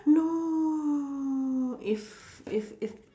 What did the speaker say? no if if if